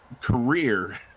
career